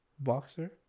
Boxer